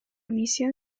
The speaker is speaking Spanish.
misión